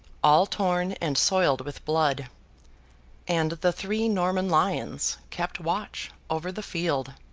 all torn and soiled with blood and the three norman lions kept watch over the field!